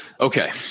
Okay